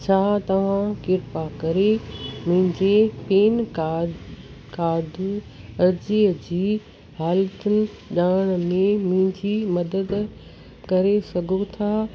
छा तव्हां कृपा करे मुंहिंजे पैन कार्ड कार्ड अर्ज़ीअ जी हालतुनि ॼाणण में मुंहिंजी मदद करे सघो था